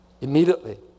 Immediately